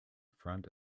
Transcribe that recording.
front